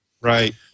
Right